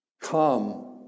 come